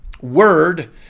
word